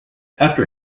after